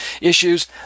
issues